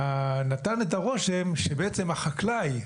נתן את הרושם שבעצם החקלאי,